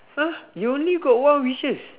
[huh] you only got one wishes